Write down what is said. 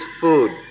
food